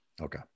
Okay